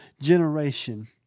generation